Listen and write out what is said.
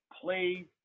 play